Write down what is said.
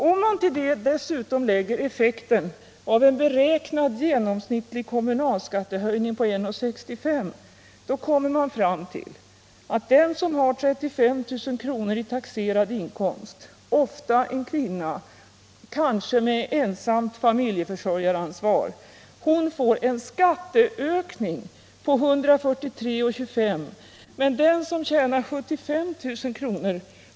Om man till detta lägger effekten av en beräknad genomsnittlig kommunalskattehöjning på 1:65 kommer man fram till att den som har 35 000 kr. i taxerad inkomst — ofta en kvinna, kanske med ensamt försörjaransvar —- får en skatteökning på 143:25 kr. medan den som tjänar 75 000 kr.